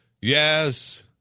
Yes